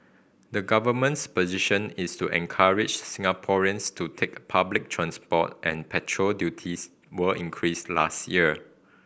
the government's position is to encourage Singaporeans to take public transport and petrol duties were increased last year